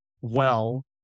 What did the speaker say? well-